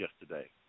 yesterday